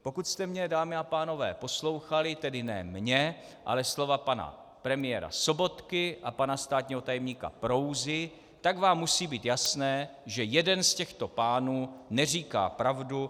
Pokud jste mě, dámy a pánové, poslouchali, tedy ne mě, ale slova pana premiéra Sobotky a pana státního tajemníka Prouzy, tak vám musí být jasné, že jeden z těchto pánů neříká pravdu.